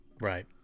Right